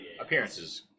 appearances